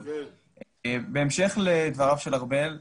בהמשך לדבריו של ארבל,